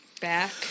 back